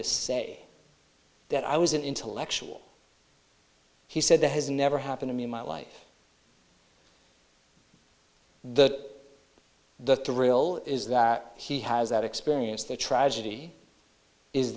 to say that i was an intellectual he said that has never happened to me in my life that the the real is that he has that experience the tragedy is